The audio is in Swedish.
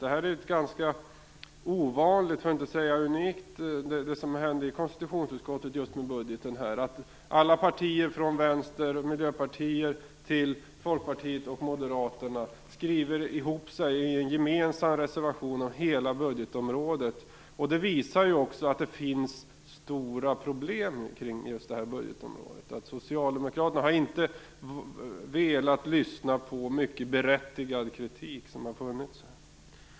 Det som hände i konstitutionsutskottet när det gäller budgeten är ovanligt, för att inte säga unikt. Alla partier, från Vänstern och Miljöpartiet till Folkpartiet och Moderaterna, skriver ihop sig i en gemensam reservation om hela budgetområdet. Det visar också att det finns stora problem kring budgetområdet. Socialdemokraterna har inte velat lyssna på mycket berättigad kritik som har funnits.